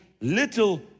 little